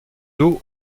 dos